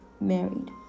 married